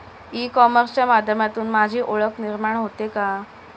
E कॉमर्सच्या माध्यमातून माझी ओळख निर्माण होते का?